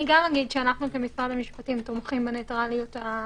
אני גם אגיד שאנחנו כמשרד המשפטים תומכים בניטרליות הזו,